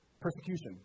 persecution